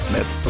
Met